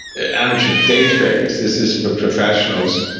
amateur day traders. this is for professionals,